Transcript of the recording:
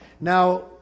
Now